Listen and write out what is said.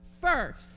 First